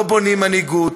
לא בונים מנהיגות,